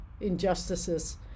injustices